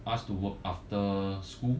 ask to work after school